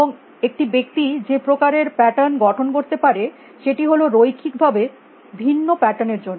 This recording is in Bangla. এবং একটি ব্যক্তি যে প্রকারের প্যাটার্ন গঠন করতে পারে সেটি হল রৈখিক ভাবে ভিন্ন প্যাটার্ন এর জন্য